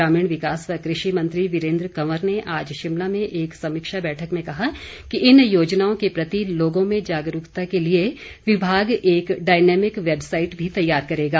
ग्रामीण विकास व कृषि मंत्री वीरेन्द्र कंवर ने आज शिमला में एक समीक्षा बैठक में कहा कि इन योजनाओं के प्रति लोगों में जागरूकता के लिए विभाग एक डायनामिक वैबसाइट भी तैयार करेगा